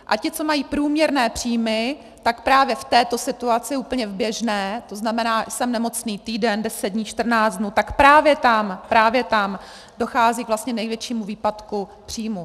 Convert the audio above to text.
A ti, co mají průměrné příjmy, tak právě v této situaci, úplně běžné, to znamená, jsem nemocný týden, 10 dní, 14 dní, tak právě tam dochází vlastně k největšímu výpadku příjmů.